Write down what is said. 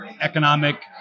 economic